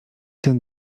ten